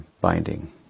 binding